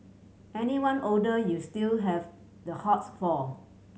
anyone older you still have the hots for